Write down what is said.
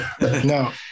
No